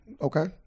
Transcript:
Okay